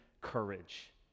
courage